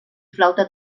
flauta